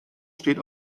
steht